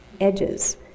edges